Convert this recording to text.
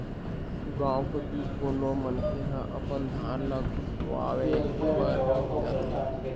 गाँव कोती कोनो मनखे ह अपन धान ल कुटावय बर जाथे